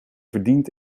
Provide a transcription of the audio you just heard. verdient